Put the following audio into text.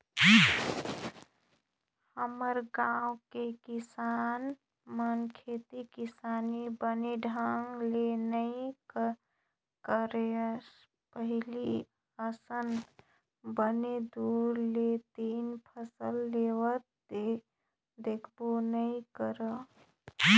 हमर गाँव के किसान मन खेती किसानी बने ढंग ले नइ करय पहिली असन बने दू ले तीन फसल लेवत देखबे नइ करव